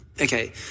Okay